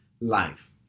life